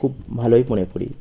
খুব ভালোই মনে করি